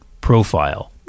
profile